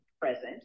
present